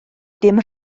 dim